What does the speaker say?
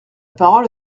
parole